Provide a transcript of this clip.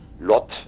Lot